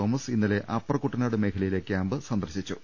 Thomas ഇന്നലെ upper Kuttanad മേഖലയിലെ camp സന്ദർശിച്ചു